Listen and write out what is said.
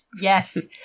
Yes